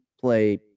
play